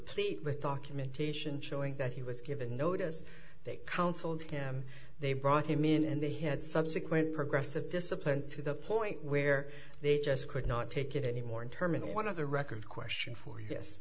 replete with documentation showing that he was given notice they counseled him they brought him in and they had subsequent progressive discipline to the point where they just could not take it anymore in terminal one of the record question for